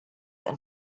and